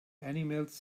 animals